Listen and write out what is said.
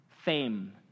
Fame